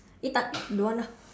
egg tart don't want lah